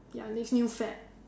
ya next new fad